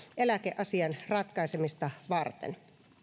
eläkeasian ratkaisemista varten